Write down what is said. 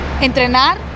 entrenar